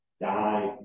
die